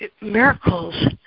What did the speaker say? miracles